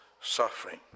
suffering